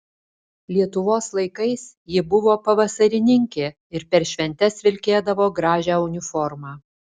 lietuvos laikais ji buvo pavasarininkė ir per šventes vilkėdavo gražią uniformą